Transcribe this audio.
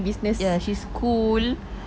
ya she's cool